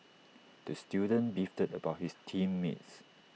the student beefed about his team mates